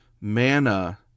manna